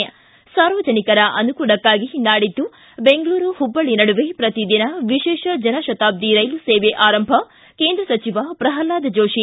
ಿ ಸಾರ್ವಜನಿಕರ ಅನುಕೂಲಕಾಗಿ ನಾಡಿದ್ದು ಬೆಂಗಳೂರು ಹುಬ್ಬಳ್ಳ ನಡುವೆ ಪ್ರತಿದಿನ ವಿಶೇಷ ಜನಶತಾಬ್ದಿ ರೈಲು ಸೇವೆ ಆರಂಭ ಕೇಂದ್ರ ಸಚಿವ ಪ್ರಹ್ಲಾದ್ ಜೋಶಿ